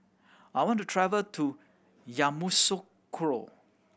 I want to travel to Yamoussoukro